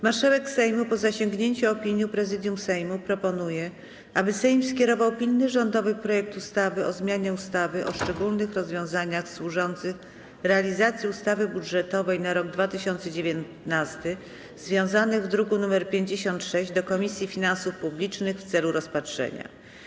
Marszałek Sejmu, po zasięgnięciu opinii Prezydium Sejmu, proponuje, aby Sejm skierował pilny rządowy projekt ustawy o zmianie ustawy o szczególnych rozwiązaniach służących realizacji ustawy budżetowej na rok 2019, zawarty w druku nr 56, do Komisji Finansów Publicznych w celu rozpatrzenia.